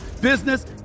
business